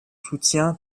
soutien